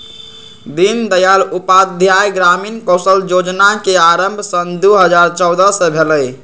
दीनदयाल उपाध्याय ग्रामीण कौशल जोजना के आरम्भ सन दू हज़ार चउदअ से भेलइ